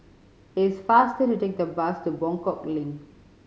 it's faster to take the bus to Buangkok Link